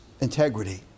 integrity